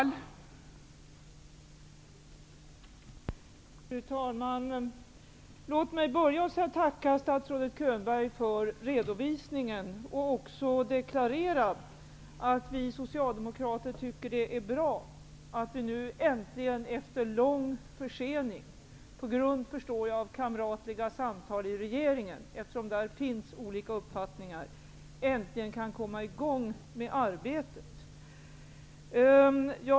Fru talman! Låt mig börja med att tacka statsrådet Könberg för redovisningen. Jag vill också deklarera att vi socialdemokrater tycker att det är bra att man nu äntligen, efter lång försening, som jag förstår har sin grund i kamratliga samtal i regeringen -- eftersom där finns olika uppfattningar -- kan komma i gång med arbetet.